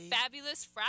Fabulous